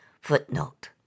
Footnote